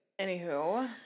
Anywho